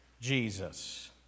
Jesus